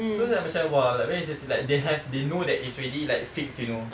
so like macam !wah! like very interesting like they have they know that it's already like fixed you know